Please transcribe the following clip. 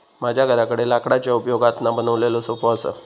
माझ्या घराकडे लाकडाच्या उपयोगातना बनवलेलो सोफो असा